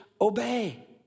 obey